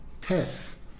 Tess